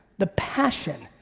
the passion,